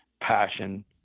passion